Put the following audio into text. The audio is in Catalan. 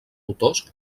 autors